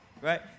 right